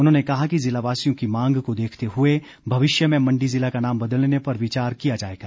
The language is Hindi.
उन्होंने कहा कि ज़िलावासियों की मांग को देखते हुए भविष्य में मंडी ज़िला का नाम बदलने पर विचार किया जाएगा